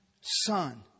son